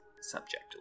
subject